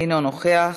אינו נוכח.